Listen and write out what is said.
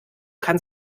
kann